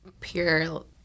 pure